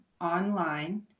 online